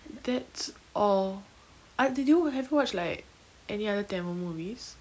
that's all ah did you have you watched like any other tamil movies